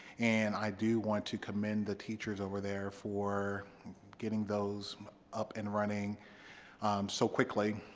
and i do want to commend the teachers over there for getting those up and running so quickly.